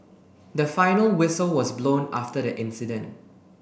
the final whistle was blown after the incident